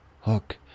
hook